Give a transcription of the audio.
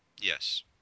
Yes